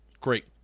Great